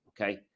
okay